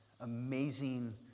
amazing